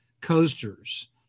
coasters